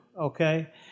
okay